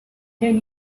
ten